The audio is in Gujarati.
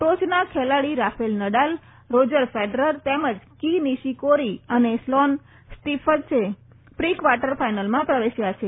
ટોચના ખેલાડી રાફેલ નડા રોજર ફેડરર તેમજ કી નીશીકોરી અને સ્લોન સ્ટીફન્સે પ્રી કવાર્ટર ફાઈનલમાં પ્રવશ્યા છે